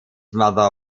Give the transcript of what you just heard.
mother